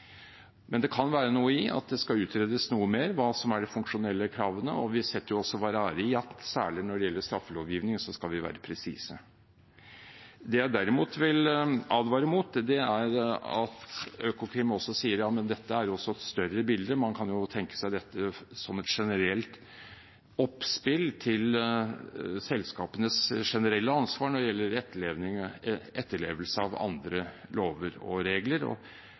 Men det kan være noe i at det skal utredes noe mer hva som er de funksjonelle kravene, og vi setter også vår ære i at særlig når det gjelder straffelovgivningen, skal vi være presise. Det jeg derimot vil advare om, er at Økokrim også sier at det er et større bilde. Man kan jo tenke seg dette som et generelt oppspill til selskapenes generelle ansvar når det gjelder etterlevelse av andre lover og regler,